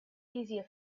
easier